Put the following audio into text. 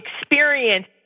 experience